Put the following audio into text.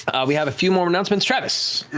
we have a few more announcements. travis?